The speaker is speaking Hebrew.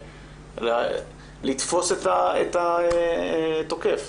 לתפוס את התוקף